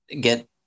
get